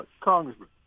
congressman